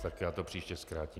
Tak já to příště zkrátím.